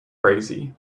crazy